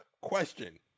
Question